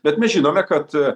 bet mes žinome kad